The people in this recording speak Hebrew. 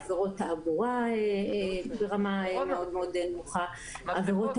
עבירות תעבורה ברמה מאוד מאוד נמוכה; העבירות